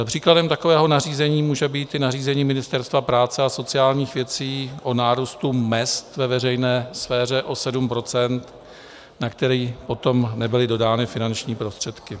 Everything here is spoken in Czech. Příkladem takového nařízení může být i nařízení Ministerstva práce a sociálních věcí o nárůstu mezd ve veřejné sféře o 7 %, na který potom nebyly dodány finanční prostředky.